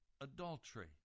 adultery